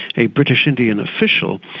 a british-indian official,